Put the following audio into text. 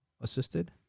assisted